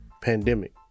pandemic